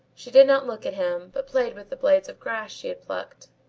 she did not look at him, but played with the blades of grass she had plucked.